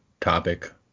topic